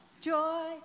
Joy